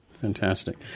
Fantastic